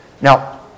Now